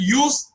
use